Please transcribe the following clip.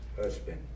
husband